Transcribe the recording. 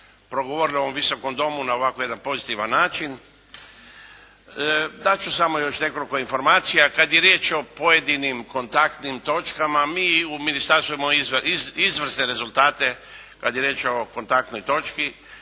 progovorilo u ovom Visokom domu na ovakav jedan pozitivan način. Dat ću samo još nekoliko informacija. Kad je riječ o pojedinim kontaktnim točkama mi u ministarstvu imamo izvrsne rezultate kad je riječ o kontaktnoj točki,